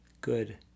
good